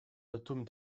atomes